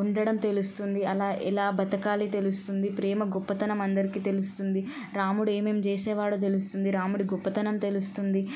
ఉండడం తెలుస్తుంది అలా ఎలా బతకాలి తెలుస్తుంది ప్రేమ గొప్పతనం అందరికీ తెలుస్తుంది రాముడు ఏమేమి చేసేవాడో తెలుస్తుంది రాముడు గొప్పతనం తెలుస్తుంది